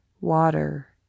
water